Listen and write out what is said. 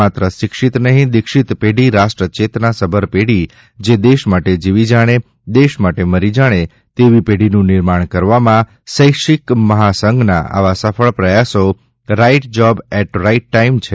માત્ર શિક્ષિત નહિ દિક્ષીત પેઢી રાષ્ટ્રચેતના સભર પેઢી જે દેશ માટે જીવી જાણે દેશ માટે મરી જાણે તેવી પેઢીનું નિર્માણ કરવામાં શૈક્ષિક મહાસંઘના આવા સફળ પ્રયાસો right job at right time છે